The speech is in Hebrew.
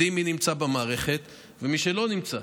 יודעים מי נמצא במערכת ומי לא נמצא.